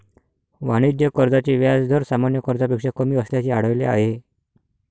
वाणिज्य कर्जाचे व्याज दर सामान्य कर्जापेक्षा कमी असल्याचे आढळले आहे